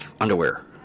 underwear